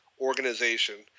organization